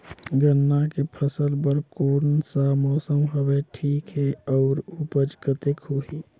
गन्ना के फसल बर कोन सा मौसम हवे ठीक हे अउर ऊपज कतेक होही?